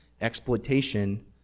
exploitation